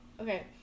okay